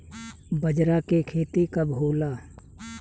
बजरा के खेती कब होला?